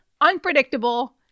unpredictable